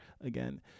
again